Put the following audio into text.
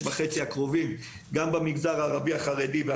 וחצי הקרובים גם במגזר החרדי והערבי,